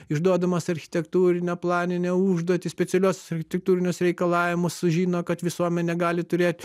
išduodamas architektūrinę planinę užduotį specialiuosius architektūrinius reikalavimus sužino kad visuomenė gali turėt